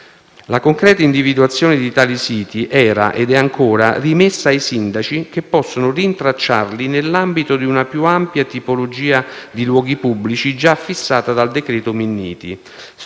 La concreta individuazione di tali siti era - ed è ancora - rimessa ai sindaci che possono rintracciarli nell'ambito di una più ampia tipologia di luoghi pubblici già fissata dal decreto Minniti